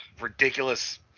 ridiculous